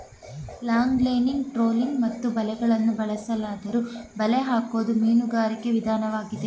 longlining trolling ಮತ್ತು ಬಲೆಗಳನ್ನು ಬಳಸಲಾದ್ದರೂ ಬಲೆ ಹಾಕೋದು ಮೀನುಗಾರಿಕೆ ವಿದನ್ವಾಗಿದೆ